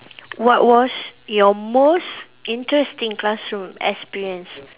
what was your most interesting classroom experience